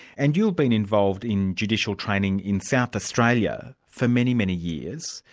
and you've been involved in judicial training in south australia for many, many years.